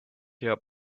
your